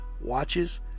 watches